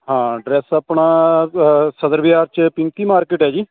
ਹਾਂ ਡਰੈਸ ਆਪਣਾ ਸਦਰ ਬਜਾਰ 'ਚ ਪਿੰਕੀ ਮਾਰਕੀਟ ਹੈ ਜੀ